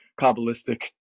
kabbalistic